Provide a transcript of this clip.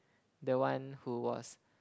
the one who was